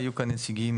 היו כאן נציגים